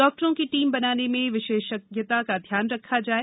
डॉक्टरों की टीम बनाने में विशेषज्ञता का ध्यान रखा जाये